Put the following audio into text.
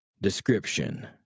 Description